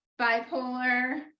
bipolar